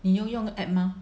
你会用 app 吗